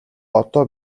одоо